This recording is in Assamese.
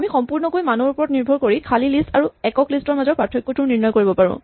আমি সম্পূৰ্ণকৈ মানৰ ওপৰত নিৰ্ভৰ কৰি খালী লিষ্ট আৰু একক লিষ্ট ৰ মাজত পাৰ্থক্য নিৰ্ণয় কৰিব পাৰোঁ